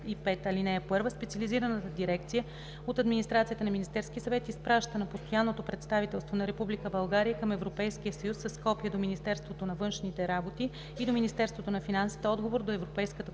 185, ал. 1, специализираната дирекция от АМС изпраща на Постоянното представителство на Република България към Европейския съюз с копие до Министерството на външните работи и до Министерството на финансите отговор до Европейската